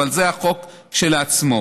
אבל זה החוק כשלעצמו.